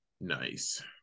Nice